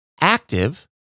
active